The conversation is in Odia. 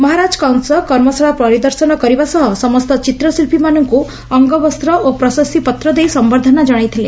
ମହାରାଜ କଂସ କର୍ମଶାଳା ପରିଦର୍ଶନ କରିବା ସହ ସମସ୍ତ ଚିତ୍ର ଶିକ୍ବୀ ମାନଙ୍କ ଅଙ୍ଗବସ୍ଚ ଓ ପ୍ରଶସ୍ତିପତ୍ରଦେଇ ସମ୍ଭର୍ଦ୍ଧନା ଜଶାଇଥିଲେ